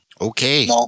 Okay